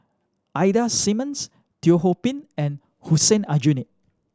Ida Simmons Teo Ho Pin and Hussein Aljunied